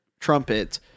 trumpet